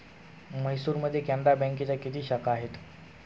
म्हैसूरमध्ये कॅनरा बँकेच्या किती शाखा आहेत?